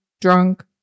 drunk